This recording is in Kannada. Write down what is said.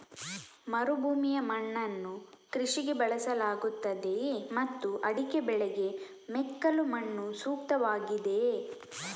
ಮರುಭೂಮಿಯ ಮಣ್ಣನ್ನು ಕೃಷಿಗೆ ಬಳಸಲಾಗುತ್ತದೆಯೇ ಮತ್ತು ಅಡಿಕೆ ಬೆಳೆಗೆ ಮೆಕ್ಕಲು ಮಣ್ಣು ಸೂಕ್ತವಾಗಿದೆಯೇ?